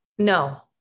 No